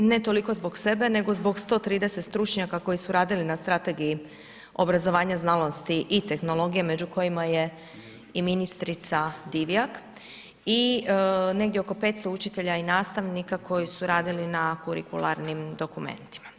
Ne toliko zbog sebe nego zbog 130 stručnjaka koji su radili na Strategiji obrazovanja, znanosti i tehnologije među kojima je i ministrica Divjak i negdje oko 500 učitelja i nastavnika koji su radili na kurikularnim dokumentima.